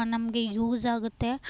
ನಮಗೆ ಯೂಸಾಗುತ್ತೆ